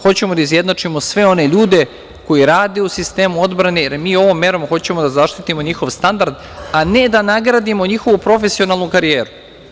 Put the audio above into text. Hoćemo da izjednačimo sve one ljude koji rade u sistemu odbrane, jer mi ovom merom hoćemo da zaštitimo njihov standard, a ne da nagradimo njihovu profesionalnu karijeru.